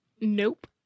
Nope